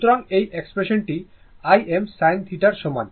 সুতরাং এই এক্সপ্রেশনটি Im sinθ এর সমান